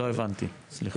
לא הבנתי סליחה.